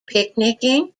picnicking